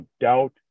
doubt